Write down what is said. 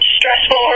Stressful